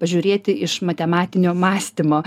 pažiūrėti iš matematinio mąstymo